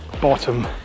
bottom